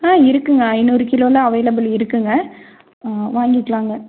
ஆ இருக்குதுங்க ஐநூறு கிலோவில் அவைலபிள் இருக்குதுங்க வாங்கிக்கலாங்க